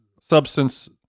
substance